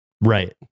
Right